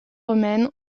romaines